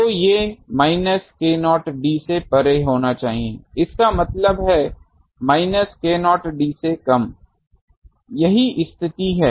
तो ये minus k0 d से परे होना चाहिए इसका मतलब है माइनस k0 d से कम यही स्थिति है